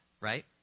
right